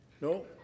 No